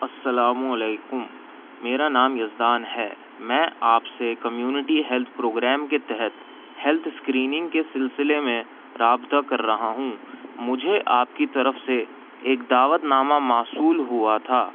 السلام علیکم میرا نام یزدان ہے میں آپ سے کمیونٹی ہیلتھ پروگرام کے تحت ہیلتھ اسکرینگ کے سلسلے میں رابطہ کر رہا ہوں مجھے آپ کی طرف سے ایک دعوت نامہ موصول ہوا تھا